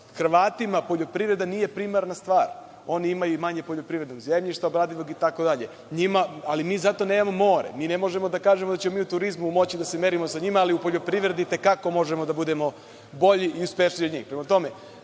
Hrvatima poljoprivreda nije primarna stvar. Oni imaju i manje poljoprivrednog zemljišta obradivog itd. ali mi zato nemamo more. Mi ne možemo da kažemo da ćemo mi u turizmu moći da se merimo sa njima ali u poljoprivredi i te kako možemo da budemo bolji i uspešniji